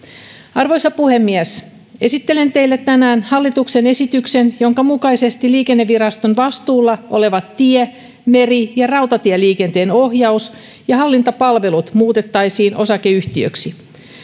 arvoisa puhemies esittelen teille tänään hallituksen esityksen jonka mukaisesti liikenneviraston vastuulla olevat tie meri ja rautatieliikenteen ohjaus ja hallintapalvelut muutettaisiin osakeyhtiöksi